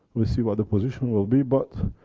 will see what the position will be, but,